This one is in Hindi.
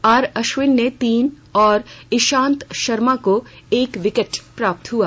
आर अश्विन को तीन और इशांत शर्मा को एक विकेट प्राप्त हुआ